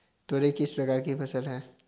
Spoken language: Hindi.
तोरई किस प्रकार की फसल है?